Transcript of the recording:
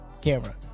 camera